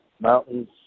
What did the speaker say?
mountains